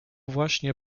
właśnie